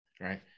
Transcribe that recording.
right